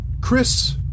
chris